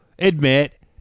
admit